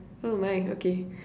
oh my okay